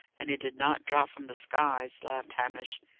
and it did not drop from the skies, laughed hamish.